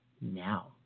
now